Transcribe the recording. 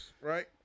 right